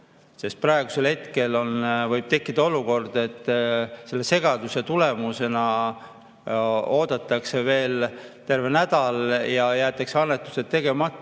praegu võib tekkida olukord, et selle segaduse tõttu oodatakse veel terve nädal ja jäetakse annetused tegemata,